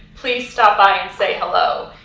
please stop by and say hello.